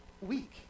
week